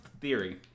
theory